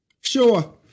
Sure